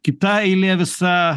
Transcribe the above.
kita eilė visa